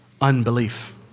Unbelief